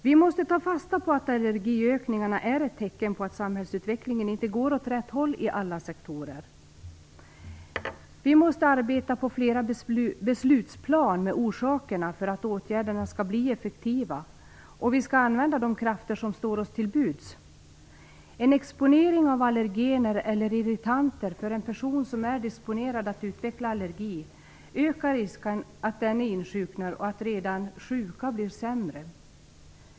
Vi måste ta fasta på att allergiökningarna är ett tecken på att samhällsutvecklingen inte går åt rätt håll inom alla sektorer. Vi måste arbeta på flera beslutsplan med orsakerna för att åtgärderna skall bli effektiva, och vi skall använda de krafter som står oss till buds. En exponering av allergener eller irritanter för en person som är disponerad att utveckla allergi ökar risken att denne insjuknar och att redan sjuka blir sämre.